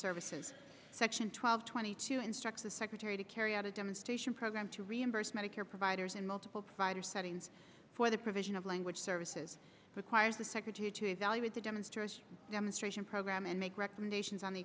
services section twelve twenty two instructs the secretary to carry out a demonstration program to reimburse medicare providers in multiple providers settings for the provision of language services requires the secretary to evaluate the demonstration demonstration program and make recommendations on the